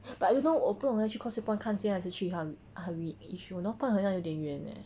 but you know 我不懂要去 causeway point 看先还是去 har~ harvey yishun north point 好像有点远 eh